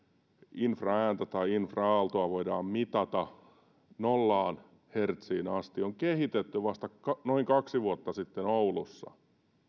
infraääntä infra aaltoa voidaan mitata nollaan hertsiin asti on kehitetty vasta noin kaksi vuotta sitten oulussa